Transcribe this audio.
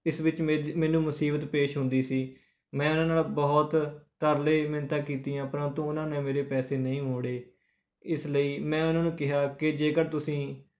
ਇਸ ਵਿੱਚ ਮੇਰੀ ਮੈਨੂੰ ਮੁਸੀਬਤ ਪੇਸ਼ ਹੁੰਦੀ ਸੀ ਮੈਂ ਉਹਨਾਂ ਨਾਲ ਬਹੁਤ ਤਰਲੇ ਮਿੰਨਤਾਂ ਕੀਤੀਆਂ ਪਰੰਤੂ ਉਹਨਾਂ ਨੇ ਮੇਰੇ ਪੈਸੇ ਨਹੀਂ ਮੋੜੇ ਇਸ ਲਈ ਮੈਂ ਉਹਨਾਂ ਨੂੰ ਕਿਹਾ ਕਿ ਜੇਕਰ ਤੁਸੀਂ